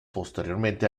posteriormente